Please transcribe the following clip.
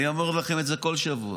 אני אומר לכם את זה כל שבוע.